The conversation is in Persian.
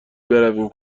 برویم